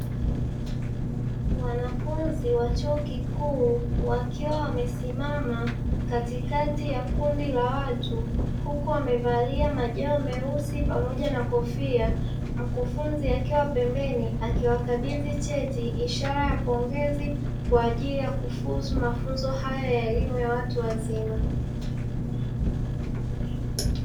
Wanafunzi wa chuo kikuu wakiwa wamesimama katikati ya kundi la watu huku wamevalia majoho meusi pamoja na kofia, mkufunzi akiwa pembeni akiwakabidhi cheti ishara ya pongezi, kwa ajili ya kufuzu mafunzo haya ya elimu ya watu wazima.